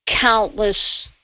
Countless